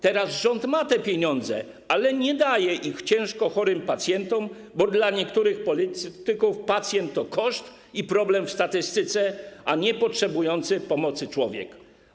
Teraz rząd ma te pieniądze, ale nie daje ich ciężko chorym pacjentom, bo dla niektórych polityków pacjent to koszt i problem w statystyce, a nie potrzebujący pomocy człowiek.